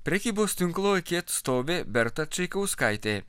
prekybos tinklo iki atstovė berta čaikauskaitė